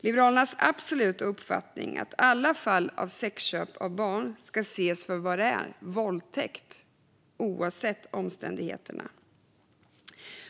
Det är Liberalernas absoluta uppfattning att alla fall av sexköp av barn ska ses för vad det är - våldtäkt - oavsett omständigheterna.